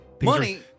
Money